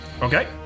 okay